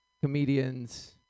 comedians